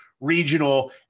Regional